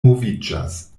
moviĝas